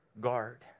guard